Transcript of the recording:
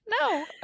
no